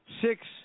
Six